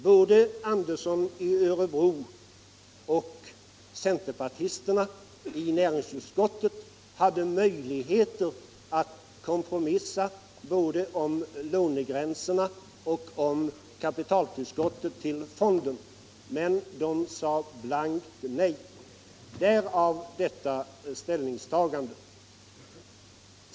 Herr Andersson i Örebro och centerpartisterna i näringsutskottet hade möjligheter att kompromissa både om lånegränserna och om kapitaltillskottet till fonden, men de sade blankt nej. Därav detta ställningstagande.